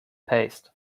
paste